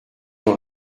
dans